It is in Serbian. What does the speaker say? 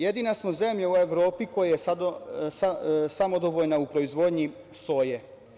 Jedina smo zemlja u Evropi koja je samodovoljna u proizvodnji soje.